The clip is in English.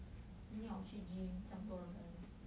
then 又要去 gym 这样多人